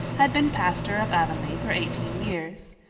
had been pastor of avonlea for eighteen years.